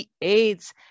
aids